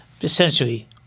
essentially